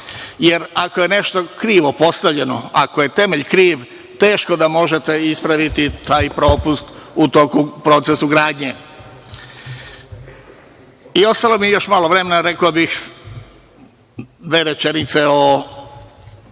jer ako je nešto krivo postavljeno, ako je temelj kriv, teško da možete ispraviti taj propust u procesu gradnje. Ostalo mi je još malo vremena i rekao bih dve rečenice o